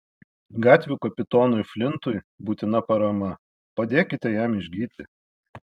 gatvių kapitonui flintui būtina parama padėkite jam išgyti